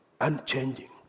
unchanging